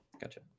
Gotcha